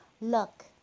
Look